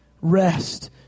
rest